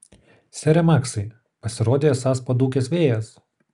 sere maksai pasirodei esąs padūkęs vėjas